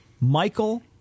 Michael